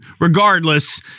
Regardless